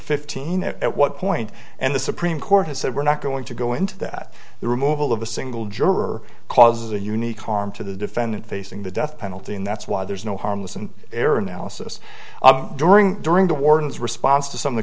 fifteen at what point and the supreme court has said we're not going to go into that the removal of a single juror causes a unique harm to the defendant facing the death penalty and that's why there's no harmless an error analysis during during the warden's response to some of the